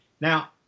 Now